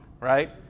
right